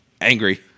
angry